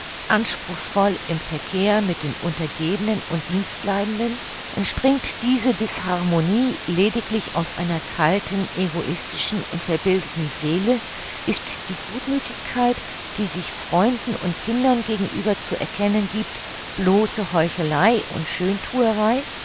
anspruchsvoll im verkehr mit den untergebenen und dienstleidenden entspringt diese disharmonie lediglich aus einer kalten egoistischen und verbildeten seele ist die gutmüthigkeit die sich freunden und kindern gegenüber zu erkennen gibt bloße heuchelei und